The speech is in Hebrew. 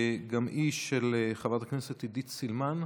גם היא של חברת הכנסת עידית סילמן.